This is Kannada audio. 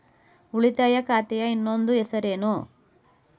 ಉಳಿತಾಯ ಖಾತೆಯ ಇನ್ನೊಂದು ಹೆಸರೇನು?